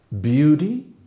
Beauty